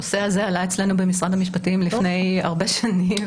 הנושא הזה עלה אצלנו במשרד המשפטים לפני הרבה שנים.